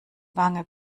wange